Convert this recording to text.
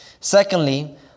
Secondly